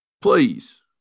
please